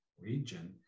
region